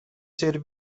ser